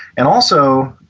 and also,